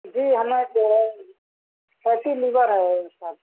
جی ہمیں تو fatty liver آیا ہے صاحب